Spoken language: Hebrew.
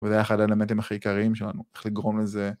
וזה היה אחד האלמנטים הכי עיקריים שלנו, איך לגרום לזה.